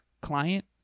client